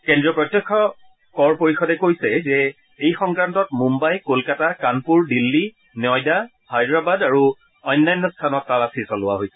কেন্দ্ৰীয় প্ৰত্যক্ষ পৰিষদে কৈছে যে এই সংক্ৰান্তত মূঘাই ক'লকাতা কাণপুৰ দিল্লী নয়ডা হায়দৰাবাদ আৰু অন্যান্য স্থানত তালাচী চলোৱা হৈছে